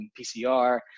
PCR